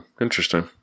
Interesting